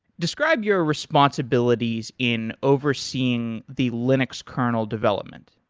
describe your responsibilities in overseeing the linux kernel development.